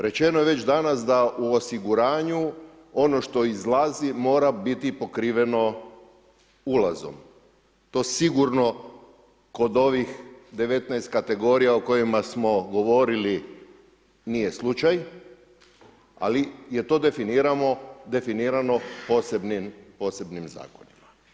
Rečeno je već danas da u osiguranju ono što izlazi mora biti pokriveno ulazom, to sigurno kod ovih 19 kategorija o kojima smo govorili nije slučaj, ali je to definirano posebnim zakonima.